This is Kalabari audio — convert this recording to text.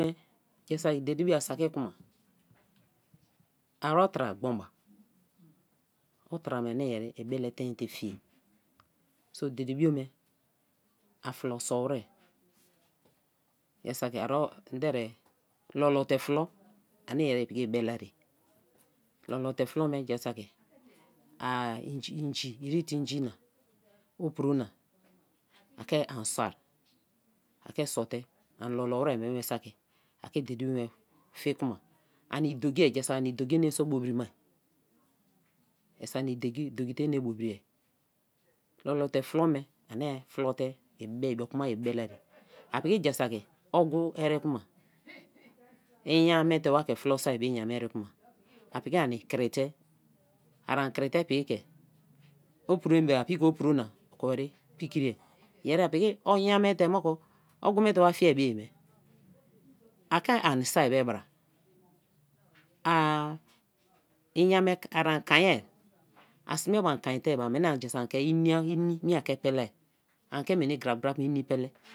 Jaa saki dede bio a saki kuma, a otra gbon ba, otra me ani yeri i ibele tein te fiye so dede bio me a fulo sau wai, ja-a saki a endere lolote fulo ani yeri piki i belaer, lolote fulo me jaa saki a inji irite inji na opro na a ke an soai, a ke saute a lolo wai mieba saki a ke dede bio be fine kuma ani idogii jaa saki ani dogii ene so bobirima, jaa saki ani dogii idogii te ene bobirie. Lolo te flome ani flite i be i moku ma i bubeleari, a piki jaa saki ogu eri kuma inya me te wa ke fulo soa be inya me eri kuma, a piki ani krite ari ani krite piki ke opro emi be-a piki ke opro na oko weri pikri. Yeri a piki inya me te moku ogu me te wa fieari bo. me a ke an soa be bra a inya me a kain ya a sin be bio an kain te be a meni ja saki anki eni mieke pele, ani ke me kinieni pele.